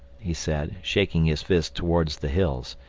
he said, shaking his fist towards the hills,